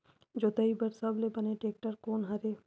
जोताई बर सबले बने टेक्टर कोन हरे?